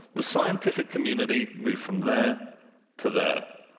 the scientific community moved from there to there.